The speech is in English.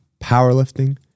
powerlifting